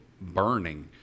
burning